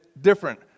Different